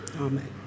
Amen